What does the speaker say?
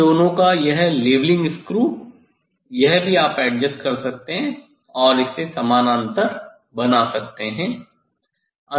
इन दोनों का यह लेवलिंग स्क्रू यह भी आप एडजस्ट कर सकते हैं और इसे समानांतर बना सकते हैं